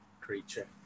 creature